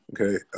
Okay